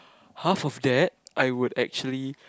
half of that I would actually